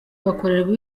bakorerwa